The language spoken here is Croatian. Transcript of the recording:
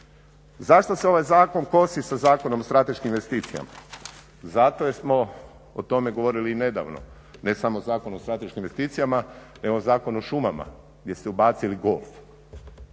Zašto se ovaj zakon kosi sa Zakonom o strateškim investicijama? Zato jer smo o tome govorili nedavno, ne samo Zakon o strateškim investicijama nego Zakon o šumama gdje ste ubacili golf,